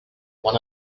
one